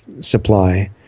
supply